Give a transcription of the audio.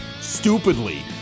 stupidly